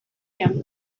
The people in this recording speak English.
him